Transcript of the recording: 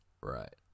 right